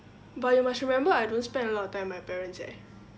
but you must remember I don't spend a lot of time with my parents eh